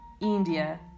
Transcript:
India